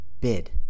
bid